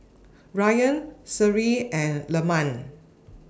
Ryan Seri and Leman